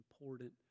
important